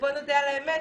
בואו נודה על האמת,